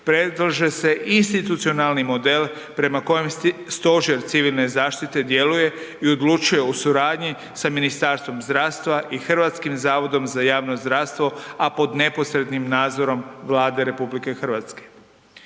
predlaže se institucionalni model prema kojem Stožer civilne zaštite djeluje i odlučuje u suradnji sa Ministarstvom zdravstva i Hrvatskim zavodom za javno zdravstvo, a pod neposrednim nadzorom Vlade RH.